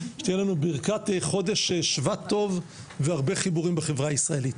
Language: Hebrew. שתהיה לנו ברכת חודש שבט טוב והרבה חיבורים בחברה הישראלית,